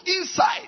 inside